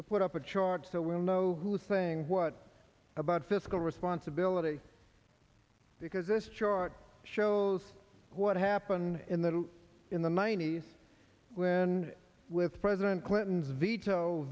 to put up a chart so we'll know who is saying what about fiscal responsibility because this chart shows what happened in the in the ninety's when with president clinton's veto